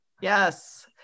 Yes